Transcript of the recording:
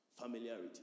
Familiarity